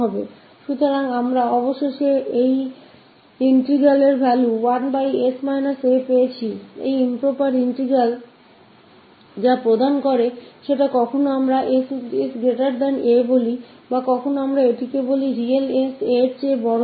तो अंत में हमरे पास 1s a है मान इस इंटीग्रल का यह improper integral दिए गया है या तो हम जिसे केहते है sa या हम इसे केहते है s 0 से बड़ा है